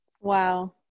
Wow